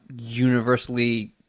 universally